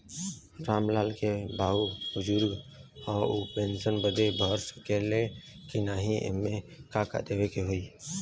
राम लाल के बाऊ बुजुर्ग ह ऊ पेंशन बदे भर सके ले की नाही एमे का का देवे के होई?